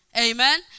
Amen